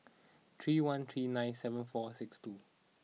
three one three nine seven four six two